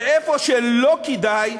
ואיפה שלא כדאי,